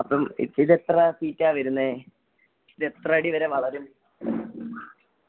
അപ്പം ഇതെത്ര ഫീറ്റാണ് വരുന്നത് ഇത് എത്ര അടി വരെ വളരും